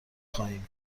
خواهیم